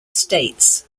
states